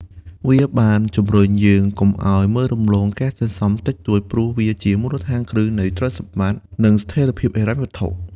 វាបានជំរុញយើងកុំអោយមើលរំលងការសន្សំតិចតួច ព្រោះវាជាមូលដ្ឋានគ្រឹះនៃទ្រព្យសម្បត្តិ និងស្ថិរភាពហិរញ្ញវត្ថុ។